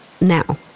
now